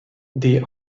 die